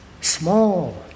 small